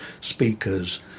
speakers